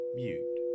mute